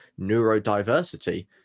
neurodiversity